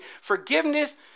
forgiveness